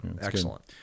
Excellent